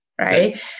right